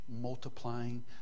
multiplying